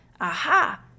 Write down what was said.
Aha